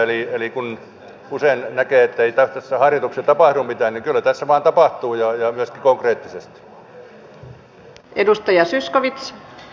eli kun usein näkee ettei tässä hallituksessa tapahdu mitään niin kyllä tässä vain tapahtuu ja myöskin konkreettisesti